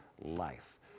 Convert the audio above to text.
life